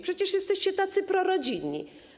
Przecież jesteście tacy prorodzinni.